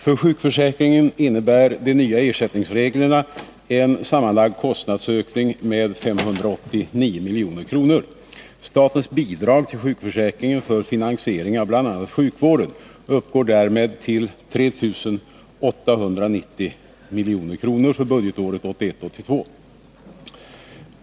För sjukförsäkringen innebär de nya ersättningsreglerna en sammanlagd kostnadsökning med 589 milj.kr. Statens bidrag till sjukförsäkringen för finansiering av bl.a. sjukvården uppgår därmed till 3 890 milj.kr. för budgetåret 1981/82.